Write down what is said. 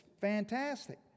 fantastic